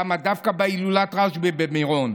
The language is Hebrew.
ולמה דווקא בהילולת רשב"י במירון.